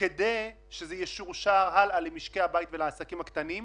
כדי שזה ישורשר הלאה למשקי הבית ולעסקים הקטנים.